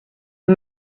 and